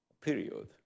period